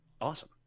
Awesome